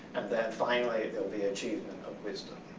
and then finally, there'll be achievement of wisdom.